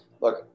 Look